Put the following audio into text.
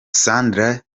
sandra